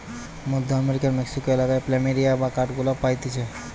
মধ্য আমেরিকার মেক্সিকো এলাকায় প্ল্যামেরিয়া বা কাঠগোলাপ পাইতিছে